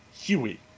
Huey